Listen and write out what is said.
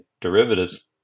derivatives